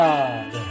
God